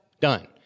Done